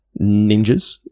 ninjas-